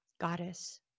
Goddess